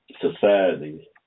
society